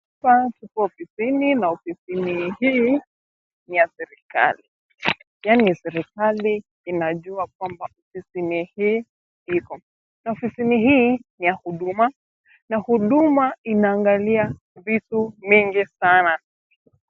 Hapa tuko ofisini, na ofisini hii ni ya serikali. Yani serikali inajua kwamba ofisi hii iko, na ofisi hii ni ya huduma na huduma inaangalia vitu vingi sana.